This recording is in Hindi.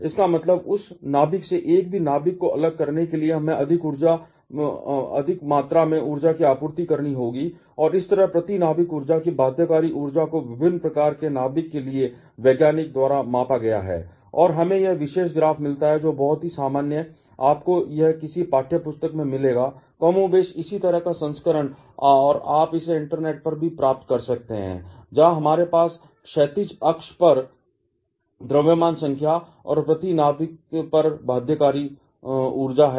इसका मतलब है उस नाभिक से एक भी नाभिक को अलग करने के लिए हमें अधिक मात्रा में ऊर्जा की आपूर्ति करनी होगी और इस तरह प्रति नाभिक ऊर्जा की बाध्यकारी ऊर्जा को विभिन्न प्रकार के नाभिक के लिए वैज्ञानिक द्वारा मापा गया है और हमें यह विशेष ग्राफ मिलता है जो बहुत ही सामान्य आपको यह किसी भी पाठ्य पुस्तकों में मिलेगा कमोबेश इसी तरह का संस्करण और आप इसे इंटरनेट पर भी प्राप्त कर सकते हैं जहाँ हमारे पास क्षैतिज अक्ष पर द्रव्यमान संख्या और प्रति नाभिक पर बाध्यकारी ऊर्जा है